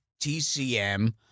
TCM